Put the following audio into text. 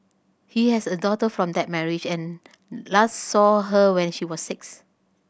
he has a daughter from that marriage and last saw her when she was six